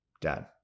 Dad